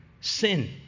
Sin